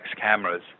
cameras